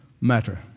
matter